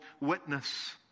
witness